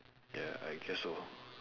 ya I guess so